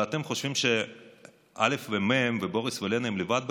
ואתם חושבים שא' ומ' ובוריס ולנה הם לבד בסיפור?